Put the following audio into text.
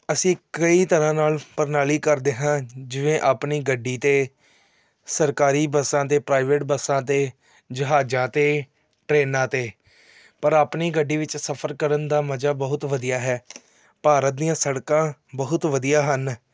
ਅਸੀਂ ਕਈ ਤਰ੍ਹਾਂ ਨਾਲ ਪ੍ਰਣਾਲੀ ਕਰਦੇ ਹਾਂ ਜਿਵੇਂ ਆਪਣੀ ਗੱਡੀ 'ਤੇ ਸਰਕਾਰੀ ਬੱਸਾਂ 'ਤੇ ਪ੍ਰਾਈਵੇਟ ਬੱਸਾਂ 'ਤੇ ਜਹਾਜ਼ਾਂ 'ਤੇ ਟਰੇਨਾਂ 'ਤੇ ਪਰ ਆਪਣੀ ਗੱਡੀ ਵਿੱਚ ਸਫਰ ਕਰਨ ਦਾ ਮਜ਼ਾ ਬਹੁਤ ਵਧੀਆ ਹੈ ਭਾਰਤ ਦੀਆਂ ਸੜਕਾਂ ਬਹੁਤ ਵਧੀਆ ਹਨ